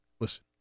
Listen